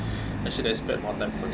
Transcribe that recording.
I should have spent more time for them